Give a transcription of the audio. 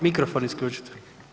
Mikrofon isključite.